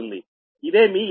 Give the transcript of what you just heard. ఇదే మీ MVA base